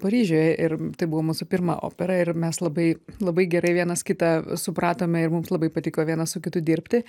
paryžiuje ir tai buvo mūsų pirma opera ir mes labai labai gerai vienas kitą supratome ir mums labai patiko vienas su kitu dirbti